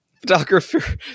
photographer